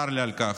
צר לי על כך.